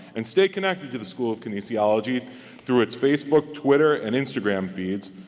and stay connected to the school of kinesiology through its facebook, twitter, and instagram feeds,